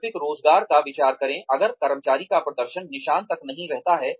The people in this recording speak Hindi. वैकल्पिक रोज़गार पर विचार करें अगर कर्मचारी का प्रदर्शन निशान तक नहीं रहता है